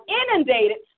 inundated